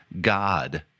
God